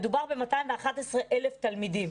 מדובר ב-211,000 תלמידים.